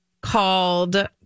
called